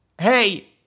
hey